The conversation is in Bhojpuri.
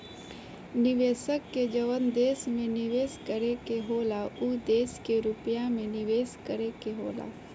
निवेशक के जवन देश में निवेस करे के होला उ देश के रुपिया मे निवेस करे के होला